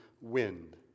wind